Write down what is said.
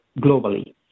globally